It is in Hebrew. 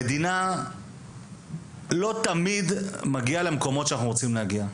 המדינה לא תמיד מגיעה למקומות שאנחנו רוצים להגיע,